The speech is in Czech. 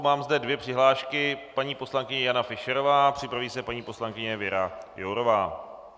Mám zde dvě přihlášky paní poslankyně Jana Fischerová, připraví se paní poslankyně Věra Jourová.